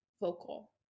vocal